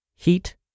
heat